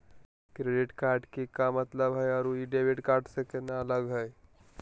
Credit card के का मतलब हई अरू ई डेबिट कार्ड स केना अलग हई?